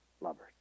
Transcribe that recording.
lovers